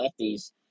lefties